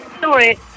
Sorry